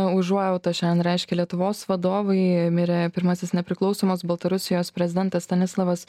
užuojautą šiandien reiškia lietuvos vadovai mirė pirmasis nepriklausomos baltarusijos prezidentas stanislavas